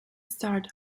starred